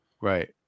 right